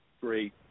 great